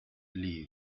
leave